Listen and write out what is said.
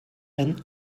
and